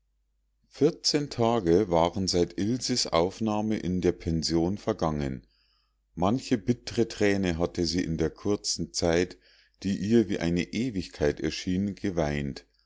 vierzehn tage waren seit ilses aufnahme in der pension vergangen manche bittre thräne hatte sie in der kurzen zeit die ihr wie eine ewigkeit erschien geweint